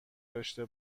داشته